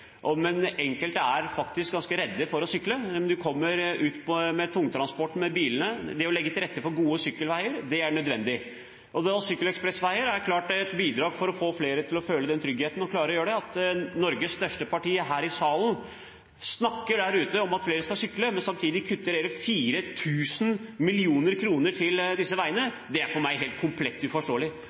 mer, men enkelte er faktisk ganske redde for å sykle. Man kommer ut blant tungtransport og biler. Det å legge til rette for gode sykkelveier er nødvendig. Sykkelekspressveier er klart et bidrag for å få flere til å føle trygghet til å gjøre det. At Norges største parti her i salen snakker om at flere skal sykle, men samtidig kutter hele 4 000 mill. kr til disse veiene, er for meg komplett uforståelig.